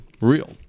real